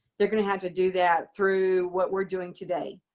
they're going to have to do that through what we're doing today,